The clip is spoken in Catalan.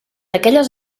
aquelles